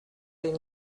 les